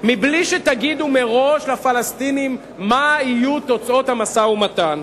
בלי שתגידו מראש לפלסטינים מה יהיו תוצאות המשא-ומתן?